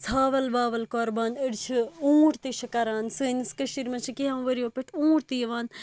ژھاوَل واوَل قُۄربان أڑۍ چھِ اُونٛٹ تہِ چھِ کران سٲنِس کٔشیٖر منٛز چِھ کِینٛہہ ؤرۍ یو پؠٹھ اُونٛٹ تہِ یِوان